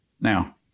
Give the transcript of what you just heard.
Now